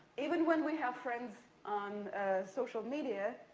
even when we have friends on social media,